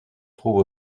trouve